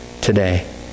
today